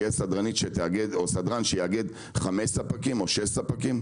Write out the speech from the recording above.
שסדרנית או סדרן בסופר יאגדו כחמישה ספקים או שישה ספקים,